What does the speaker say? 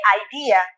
idea